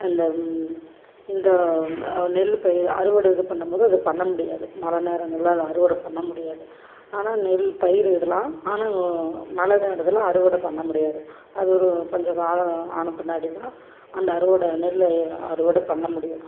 அந்த இந்த நெல் பயிரை அறுவடை இது பண்ணும்போது அது பண்ண முடியாது மழை நேரங்களில் அதை அறுவடை பண்ண முடியாது ஆனால் நெல் பயிரிடலாம் ஆனால் மழை நேரத்தில் அறுவடை பண்ண முடியாது அது ஒரு கொஞ்ச காலம் ஆன பின்னாடி தான் அந்த அறுவடை நெல்லை அறுவடை பண்ண முடியும்